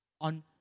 on